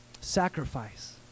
sacrifice